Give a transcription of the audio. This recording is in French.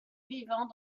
vivant